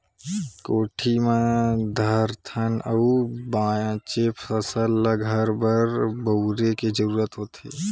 कोठी म धरथन अउ बाचे फसल ल घर बर बउरे के जरूरत होथे